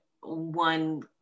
one